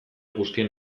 guztien